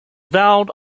vowed